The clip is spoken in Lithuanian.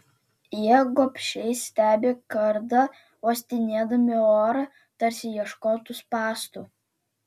jie gobšiai stebi kardą uostinėdami orą tarsi ieškotų spąstų